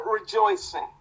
rejoicing